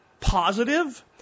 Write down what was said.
positive